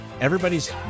Everybody's